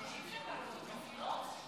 אי-אפשר לעבור על זה בשתיקה.